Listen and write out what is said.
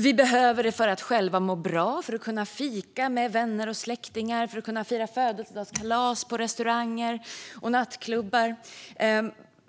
Vi behöver det för att själva må bra, för att kunna fika med vänner och släktingar och för att kunna ha födelsedagskalas på restauranger och nattklubbar.